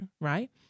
Right